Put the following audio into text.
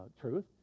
truth